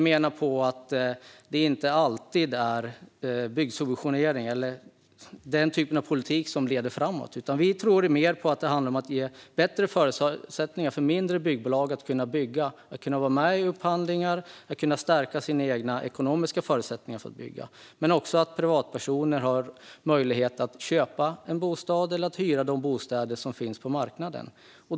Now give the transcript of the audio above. Det är inte alltid subventioneringspolitik som är den väg som leder framåt. Vi tror mer på att ge bättre förutsättningar för mindre byggbolag att bygga, vara med i upphandlingar och stärka sina egna ekonomiska förutsättningar. Privatpersoner ska också ha möjlighet att köpa en bostad eller hyra de bostäder som finns på marknaden.